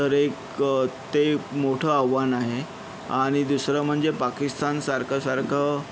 तर एक ते मोठं आव्हान आहे आणि दुसरं म्हणजे पाकिस्तान सारखं सारखं